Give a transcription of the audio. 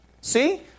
See